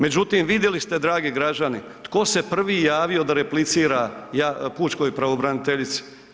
Međutim, vidjeli ste dragi građani tko se prvi javio da replicira pučkoj pravobraniteljici.